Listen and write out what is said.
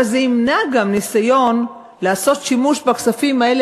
זה גם ימנע ניסיון לעשות שימוש בכספים האלה